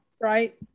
right